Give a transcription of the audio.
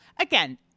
again